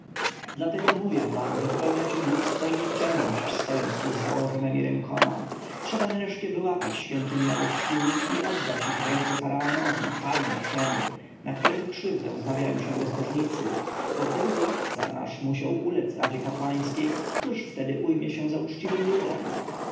dlatego mówię wam że popełniacie głupstwo i nikczemność stojąc tu z założonemi rękoma trzeba nareszcie wyłapać świątyniowych szczurów i oddać ich w ręce faraonowi panu naszemu na którego krzywdę zmawiają się bezbożnicy bo gdyby władca nasz musiał ulec radzie kapłańskiej któż wtedy ujmie się za uczciwym ludem